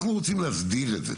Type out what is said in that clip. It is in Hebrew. אנחנו רוצים להסדיר את זה,